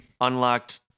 unlocked